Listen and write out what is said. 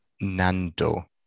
Nando